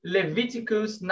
Leviticus